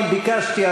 אני ביקשתי.